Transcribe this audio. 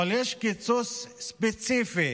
אבל יש קיצוץ ספציפי